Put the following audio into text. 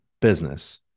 business